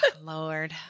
lord